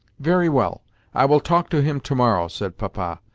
very well i will talk to him to-morrow, said papa.